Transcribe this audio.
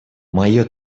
мое